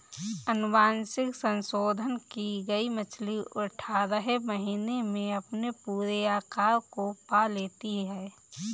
अनुवांशिक संशोधन की गई मछली अठारह महीने में अपने पूरे आकार को पा लेती है